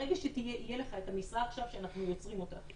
ברגע שתהיה את המשרה שאנחנו יוצרים אותה,